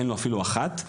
ואין לו אפילו אחת,